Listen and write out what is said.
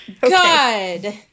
Good